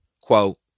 Quote